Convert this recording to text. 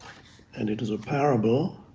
and it is a parable